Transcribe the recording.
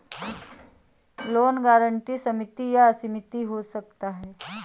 loan guarantee सीमित या असीमित हो सकता है